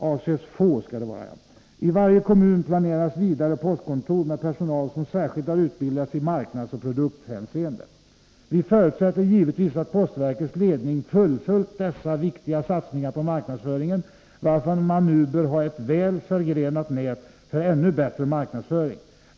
I varje kommun planeras vidare postkontor med personal som särskilt har utbildats i marknadsoch Nr 45 produkthänseende.” Vi förutsätter givetvis att postverkets ledning fullföljt Tisdagen den dessa viktiga satsningar på marknadsföringen, varför man nu bör ha ett väl 13 december 1983 förgrenat nät för ännu bättre marknadsföring.